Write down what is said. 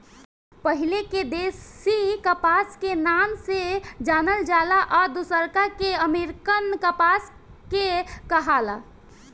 पहिले के देशी कपास के नाम से जानल जाला आ दुसरका के अमेरिकन कपास के कहाला